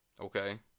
okay